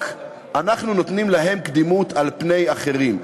אנחנו נותנים להם קדימות על פני אחרים,